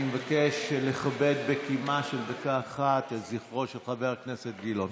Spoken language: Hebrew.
אני מבקש לכבד בקימה של דקה אחת את זכרו של חבר הכנסת גילאון.